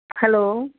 hello